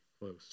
close